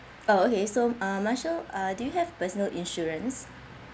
uh okay so uh marshal uh do you have personal insurance